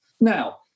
Now